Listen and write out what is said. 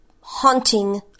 haunting